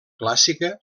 clàssica